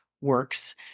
works